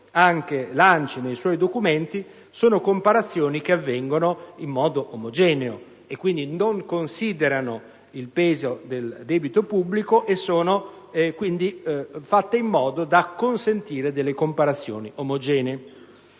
anche l'ANCI nei documenti presentati, avvengono in modo omogeneo e non considerano il peso del debito pubblico. Sono fatte in modo da consentire delle comparazioni omogenee.